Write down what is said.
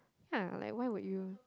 ya like why would you